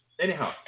Anyhow